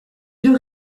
deux